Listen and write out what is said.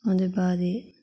ओह्दे बाद